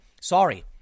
Sorry